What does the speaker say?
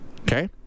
Okay